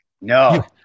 No